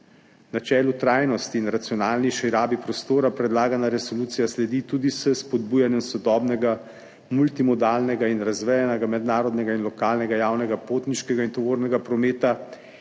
Na čelu trajnosti in racionalnejši rabe prostora, predlagana resolucija sledi tudi s spodbujanjem sodobnega multimodalnega in razvejanega mednarodnega in lokalnega javnega potniškega in tovornega prometa